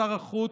לשר החוץ,